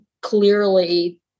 clearly